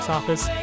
Office